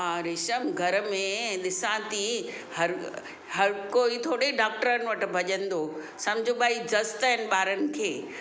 हा रीशभ घर में ॾिसां थी हर हर कोई थोरी डॉक्टरनि वटि भजंदो सम्झि भाई दस्त आहिनि ॿारनि खे